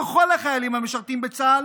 ככל החיילים המשרתים בצה"ל,